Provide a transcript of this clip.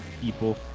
people